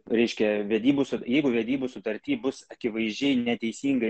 reiškia vedybų jeigu vedybų sutarty bus akivaizdžiai neteisingai